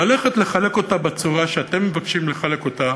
ללכת לחלק אותה בצורה שאתם מבקשים לחלק אותה,